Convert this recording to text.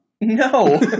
No